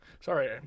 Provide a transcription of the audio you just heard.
Sorry